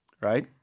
right